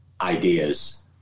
ideas